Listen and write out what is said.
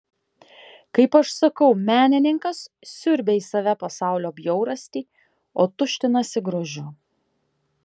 kaip aš sakau menininkas siurbią į save pasaulio bjaurastį o tuštinasi grožiu